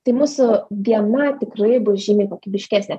tai mūsų diena tikrai bus žymiai kokybiškesnė